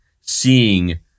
seeing